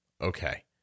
Okay